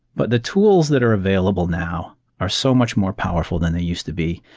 but the tools that are available now are so much more powerful than they used to be,